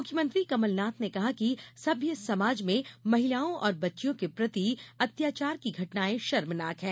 मुख्यमंत्री कमल नाथ ने कहा कि सभ्य समाज में महिलाओं और बच्चियों के प्रति अत्याचार की घटनायें शर्मनाक हैं